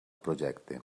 projecte